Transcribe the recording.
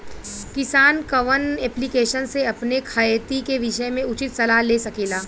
किसान कवन ऐप्लिकेशन से अपने खेती के विषय मे उचित सलाह ले सकेला?